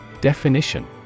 Definition